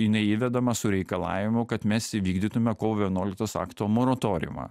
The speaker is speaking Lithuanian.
jinai įvedama su reikalavimu kad mes įvykdytume kovo vienuoliktosios akto moratoriumą